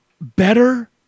better